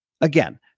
again